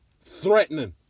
Threatening